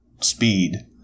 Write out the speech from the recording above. speed